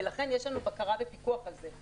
ולכן יש לנו בקרה ופיקוח על זה.